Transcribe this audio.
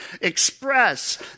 Express